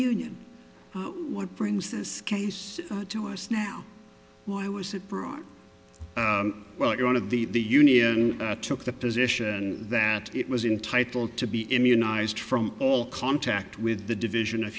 the what brings this case to us now why was it brought well you're one of the the union took the position that it was entitle to be immunized from all contact with the division of